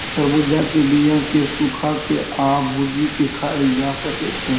तरबुज्जा के बीया केँ सुखा के आ भुजि केँ खाएल जा सकै छै